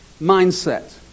mindset